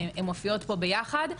הן מופיעות פה ביחד,